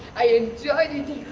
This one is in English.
i enjoyed it.